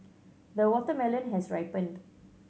the watermelon has ripened